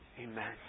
Amen